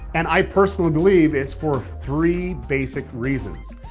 and i personally believe it's for three basic reasons.